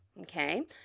okay